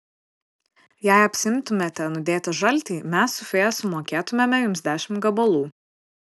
jei apsiimtumėte nudėti žaltį mes su fėja sumokėtumėme jums dešimt gabalų